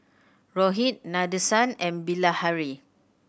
Rohit Nadesan and Bilahari